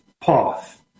path